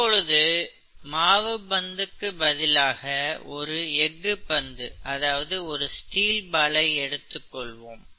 இப்பொழுது மாவு பந்துக்கு பதிலாக ஒரு எஃகு பந்தை எடுத்துக் கொள்வோம்